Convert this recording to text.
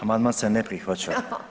Amandman se ne prihvaća.